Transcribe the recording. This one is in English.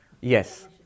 Yes